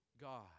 God